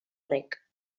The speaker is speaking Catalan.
rec